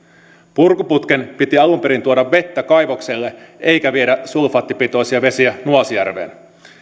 purkuputken piti alun perin tuoda vettä kaivokselle eikä viedä sulfaattipitoisia vesiä nuasjärveen